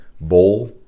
Bowl